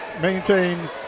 maintain